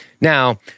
Now